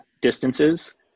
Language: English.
distances